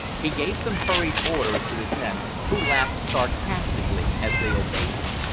he gave some hurried orders to his men, who laughed sarcastically as they obeyed them.